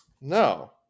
No